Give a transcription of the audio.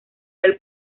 del